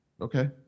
Okay